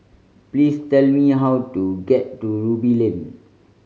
please tell me how to get to Ruby Lane